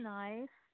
nice